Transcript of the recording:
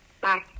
Bye